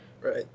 right